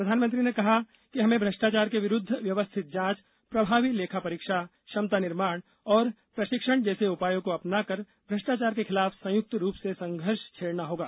प्रधानमंत्री ने कहा कि हमें भ्रष्टाचार के विरूद्ध व्यवस्थित जांच प्रभावी लेखा परीक्षा क्षमता निर्माण और प्रशिक्षण जैसे उपायों को अपनाकर भ्रष्टाचार के खिलाफ संयुक्त रूप से संघर्ष छेड़ना होगा